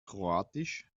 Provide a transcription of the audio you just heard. kroatisch